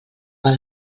per